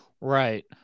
right